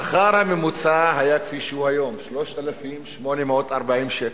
השכר הממוצע היה כפי שהוא היום, 3,840 שקל.